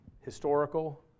historical